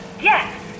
Yes